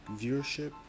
viewership